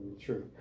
True